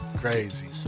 Crazy